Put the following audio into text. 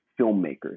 filmmakers